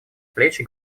плечи